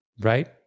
Right